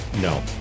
No